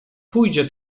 pójdzie